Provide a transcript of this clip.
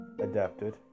adapted